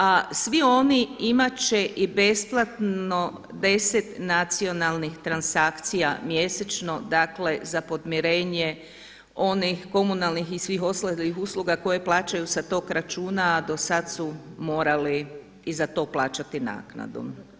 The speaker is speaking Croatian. A svi oni imat će i besplatno 10 nacionalnih transakcija mjesečno, dakle za podmirenje onih komunalnih i svih ostalih usluga koje plaćaju sa tog računa, a do sad su morali i za to plaćati naknadu.